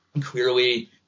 Clearly